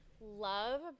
love